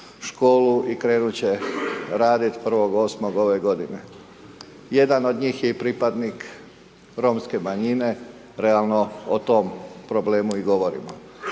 školu i krenut će radit 1.8. ove godine. Jedan od njih je i pripadnik romske manjine, realno, o tome problemu i govorimo.